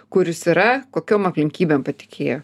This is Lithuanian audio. kur jis yra kokiom aplinkybėm patikėjo